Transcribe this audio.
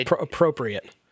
appropriate